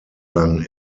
lang